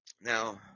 Now